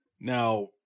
Now